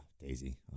Daisy